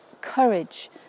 courage